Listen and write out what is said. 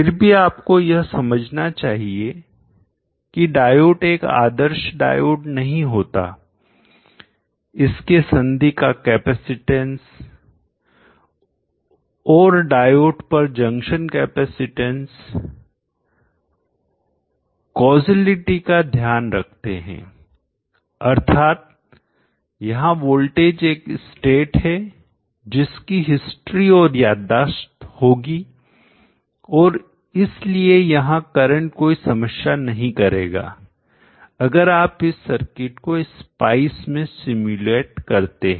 फिर भी आपको यह समझना चाहिए की डायोड एक आदर्श डायोड नहीं होता है इसके संधि का कैपेसिटेंस और डायोड पर जंक्शन कैपेसिटेंस कॉसेलिटी समस्या का ध्यान रखते हैं अर्थात यहां वोल्टेज एक स्टेट है जिसकी हिस्ट्री इतिहास और याददाश्त होगी और इसलिए यहां करंट कोई समस्या नहीं करेगा अगर आप इस सर्किट को स्पाइस में सिम्युलेट करते हैं